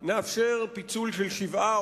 נאפשר פיצול של שבעה,